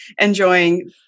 enjoying